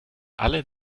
alle